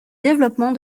développement